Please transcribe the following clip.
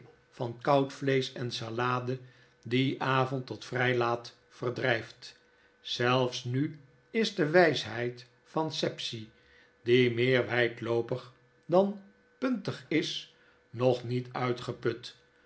van koud vlesch en salade dien avond tot vrjj laat verdrjjft zelfs nu is de wijsheid van sapsea die meet wjjdloopig dan puntig is no niet uitgeput